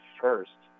first